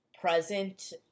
present